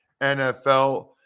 NFL